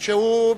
הוא,